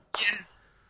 Yes